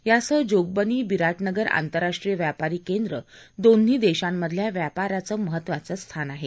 यासह जोगबनी विरा ज़गर आंतरराष्ट्रीय व्यापारी केंद्र दोन्ही देशांमधल्या व्यापाराचं महत्वाचं स्थान आहे